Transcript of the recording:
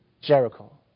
Jericho